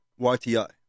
YTI